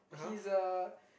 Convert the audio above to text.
he's a